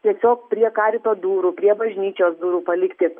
tiesiog prie karito durų prie bažnyčios durų palikti